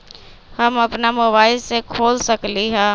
हम अपना मोबाइल से खोल सकली ह?